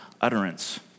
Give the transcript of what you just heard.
utterance